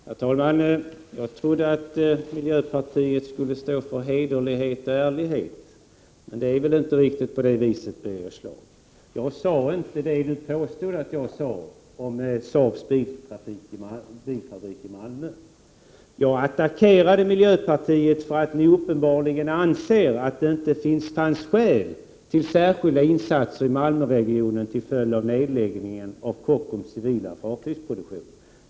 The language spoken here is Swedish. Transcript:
Herr talman! Jag trodde att miljöpartiet skulle stå för hederlighet och ärlighet. Men det är inte riktigt på det viset, Birger Schlaug. Jag sade inte det Birger Schlaug påstod att jag sade om Saabs bilfabrik i Malmö. Jag attackerade miljöpartiet för att ni uppenbarligen anser att det inte fanns skäl till särskilda insatser i Malmöregionen till följd av nedläggningen av Kockums civila fartygsproduktion.